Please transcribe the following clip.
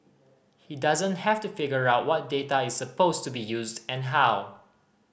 he doesn't have to figure out what data is supposed to be used and how